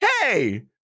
hey